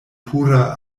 pura